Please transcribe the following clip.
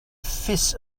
fils